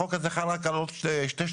החוק הזה חל רק על שתי שכונות.